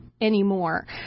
anymore